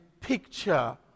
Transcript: picture